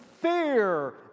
fear